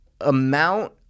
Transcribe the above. amount